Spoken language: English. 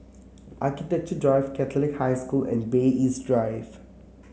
Architecture Drive Catholic High School and Bay East Drive